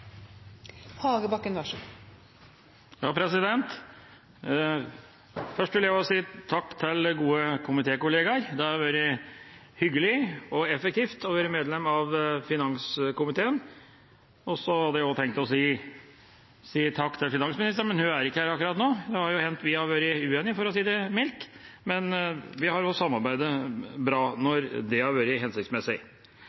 gode komitékolleger. Det har vært hyggelig og effektivt å være medlem av finanskomiteen. Jeg hadde også tenkt å si takk til finansministeren, men hun er ikke her akkurat nå. Det har jo hendt at vi har vært uenige, for å si det mildt, men vi har samarbeidet bra